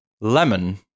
lemon